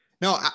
No